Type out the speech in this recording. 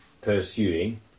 pursuing